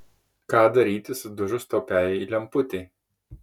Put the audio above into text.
ką daryti sudužus taupiajai lemputei